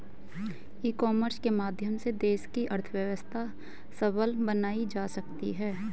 ई commerce के माध्यम से देश की अर्थव्यवस्था सबल बनाई जा सकती है